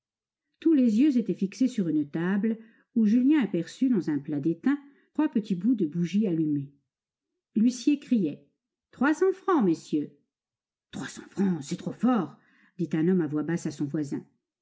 tous les yeux étaient fixés sur une table où julien aperçut dans un plat d'étain trois petits bouts de bougie allumés l'huissier criait trois cents francs messieurs trois cents francs c'est trop fort dit un homme à voix basse à son voisin